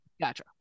Gotcha